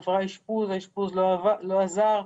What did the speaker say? עברה אשפוז והאשפוז לא עזר.